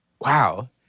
Wow